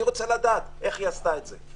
אני רוצה לדעת איך היא עשתה את זה.